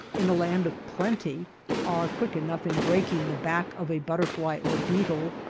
in a land of plenty are quick enough in breaking the back of a butter fly or beetle,